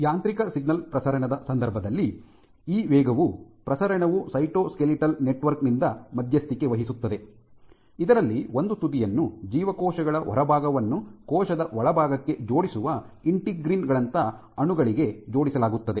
ಯಾಂತ್ರಿಕ ಸಿಗ್ನಲ್ ಪ್ರಸರಣದ ಸಂದರ್ಭದಲ್ಲಿ ಈ ವೇಗದ ಪ್ರಸರಣವು ಸೈಟೋಸ್ಕೆಲಿಟಲ್ ನೆಟ್ವರ್ಕ್ ನಿಂದ ಮಧ್ಯಸ್ಥಿಕೆ ವಹಿಸುತ್ತದೆ ಇದರಲ್ಲಿ ಒಂದು ತುದಿಯನ್ನು ಜೀವಕೋಶಗಳ ಹೊರಭಾಗವನ್ನು ಕೋಶದ ಒಳಭಾಗಕ್ಕೆ ಜೋಡಿಸುವ ಇಂಟಿಗ್ರೀನ್ ಗಳಂತಹ ಅಣುಗಳಿಗೆ ಜೋಡಿಸಲಾಗುತ್ತದೆ